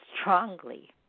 strongly